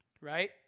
right